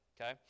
okay